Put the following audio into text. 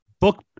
book